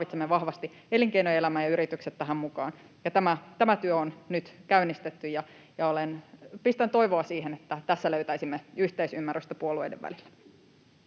Me tarvitsemme vahvasti elinkeinoelämän ja yritykset tähän mukaan, ja tämä työ on nyt käynnistetty, ja pistän toivoa siihen, että tässä löytäisimme yhteisymmärrystä puolueiden välillä.